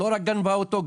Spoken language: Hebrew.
לא רק גנבה אותו,